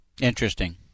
Interesting